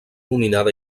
nominada